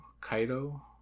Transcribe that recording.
Kaido